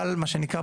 אבל מה שנקרא,